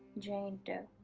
jane doe.